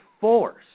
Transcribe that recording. force